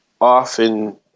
often